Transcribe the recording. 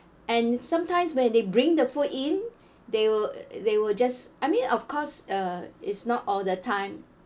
and sometimes when they bring the food in they will they will just I mean of course uh it's not all the time